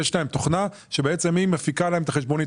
יש להם תוכנה שבעצם היא מפיקה להם את החשבונית.